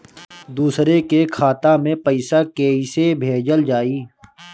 दूसरे के खाता में पइसा केइसे भेजल जाइ?